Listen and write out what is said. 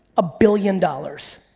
a billion dollars.